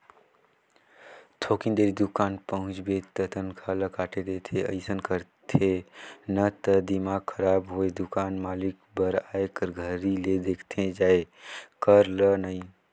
थोकिन देरी दुकान पहुंचबे त तनखा ल काट देथे अइसन करथे न त दिमाक खराब होय दुकान मालिक बर आए कर घरी ले देखथे जाये कर ल नइ